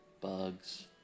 bugs